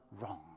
wrong